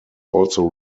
also